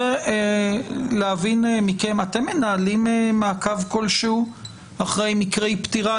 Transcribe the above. אתם מנהלים מעקב כלשהו אחרי מקרי פטירה?